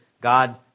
God